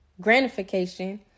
gratification